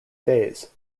phase